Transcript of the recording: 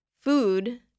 food